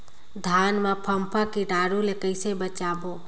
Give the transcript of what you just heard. धान मां फम्फा कीटाणु ले कइसे बचाबो?